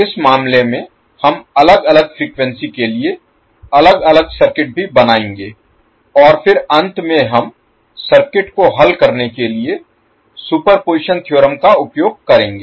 इस मामले में हम अलग अलग फ्रीक्वेंसी के लिए अलग अलग सर्किट भी बनाएंगे और फिर अंत में हम सर्किट को हल करने के लिए सुपरपोजिशन थ्योरम का उपयोग करेंगे